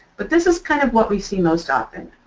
but this is kind of what we see most often.